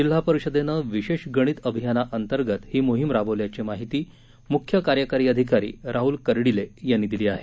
जिल्हा परिषदेनं विशेष गणित अभियांनांतर्गत ही मोहीम राबवल्याची माहिती मुख्य कार्यकारी अधिकारी राहुल कर्डीले यांनी दिली आहे